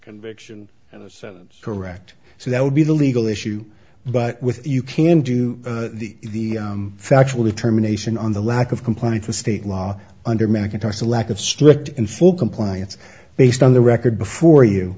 conviction and the sentence correct so that would be the legal issue but with you can do the factual determination on the lack of compliance the state law under mcintosh the lack of strict in full compliance based on the record before you